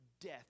death